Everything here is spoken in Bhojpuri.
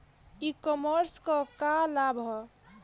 ई कॉमर्स क का लाभ ह?